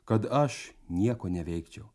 kad aš nieko neveikčiau